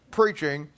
preaching